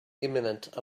imminent